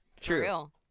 true